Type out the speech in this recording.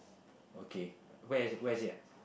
okay where is where is it ah